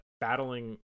battling